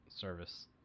service